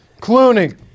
Cloning